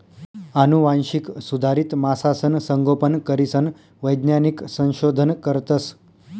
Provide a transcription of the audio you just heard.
आनुवांशिक सुधारित मासासनं संगोपन करीसन वैज्ञानिक संशोधन करतस